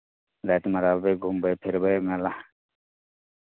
रातिमे रहबै घुमबै फिरबै मेला